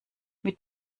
mit